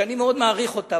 שאני מאוד מעריך אותה,